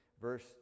Verse